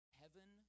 heaven